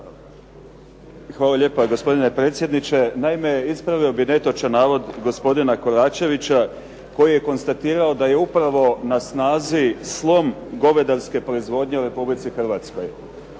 Hvala lijepa, gospodine predsjedniče. Naime, ispravio bih netočan navod gospodina Koračevića koji je konstatirao da je upravo na snazi slom govedarske proizvodnje u Republici Hrvatskoj.